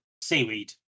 seaweed